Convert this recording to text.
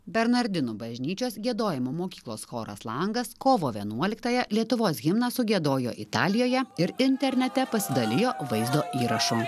bernardinų bažnyčios giedojimo mokyklos choras langas kovo vienuoliktąją lietuvos himną sugiedojo italijoje ir internete pasidalijo vaizdo įrašu